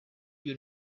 you